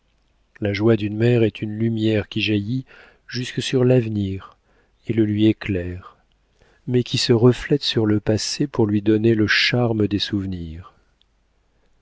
la joie d'une mère est une lumière qui jaillit jusque sur l'avenir et le lui éclaire mais qui se reflète sur le passé pour lui donner le charme des souvenirs